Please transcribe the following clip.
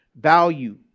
value